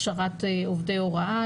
הכשרת עובדי הוראה.